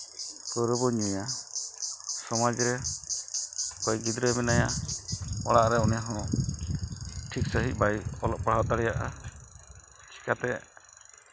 ᱯᱟᱹᱣᱨᱟᱹ ᱵᱚᱱ ᱧᱩᱭᱟ ᱥᱚᱢᱟᱡᱽ ᱨᱮ ᱚᱠᱚᱭ ᱜᱤᱫᱽᱨᱟᱹ ᱢᱮᱱᱟᱭᱟ ᱩᱱᱤ ᱦᱚᱸ ᱴᱷᱤᱠ ᱥᱟᱺᱦᱤᱡ ᱵᱟᱭ ᱚᱞᱚᱜ ᱯᱟᱲᱦᱟᱜ ᱫᱟᱲᱮᱭᱟᱜᱼᱟ ᱪᱤᱠᱟᱹᱛᱮ